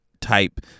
type